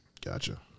Gotcha